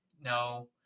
no